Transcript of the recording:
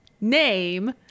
name